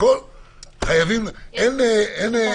אז חייבים אין חריגים.